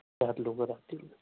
सात लोक राहतील